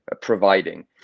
providing